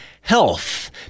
health